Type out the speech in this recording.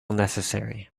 necessary